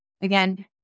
again